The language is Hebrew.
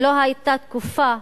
כי לא היתה תקופה